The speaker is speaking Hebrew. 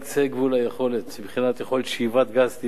גבול היכולת מבחינת יכולת שאיבת גז טבעי כיום.